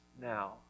now